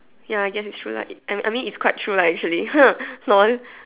ya I guess it's true lah I I mean it's quite true lah actually lol